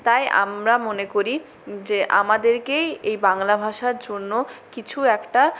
তাই আমরা মনে করি যে আমাদেরকেই এই বাংলা ভাষার জন্য কিছু একটা